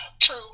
True